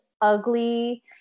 ugly